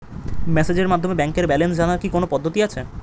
মেসেজের মাধ্যমে ব্যাংকের ব্যালেন্স জানার কি কোন পদ্ধতি আছে?